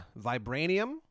vibranium